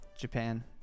Japan